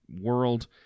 world